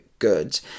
good